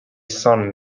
son